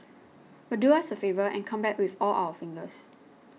but do us a favour and come back with all your fingers